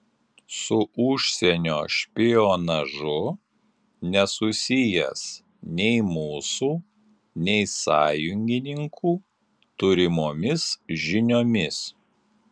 su užsienio špionažu nesusijęs nei mūsų nei sąjungininkų turimomis žiniomis